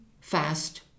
fast